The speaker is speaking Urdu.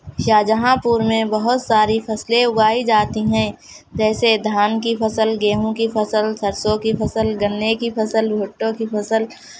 شاہجہاں پور میں بہت ساری فصلیں اگائی جاتی ہیں جیسے دھان کی فصل گیہوں کی فصل سرسو کی فصل گنے کی فصل بھٹو کی فصل